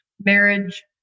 marriage